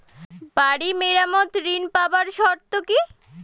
বাড়ি মেরামত ঋন পাবার শর্ত কি?